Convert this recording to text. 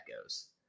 goes